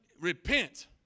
repent